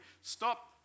stop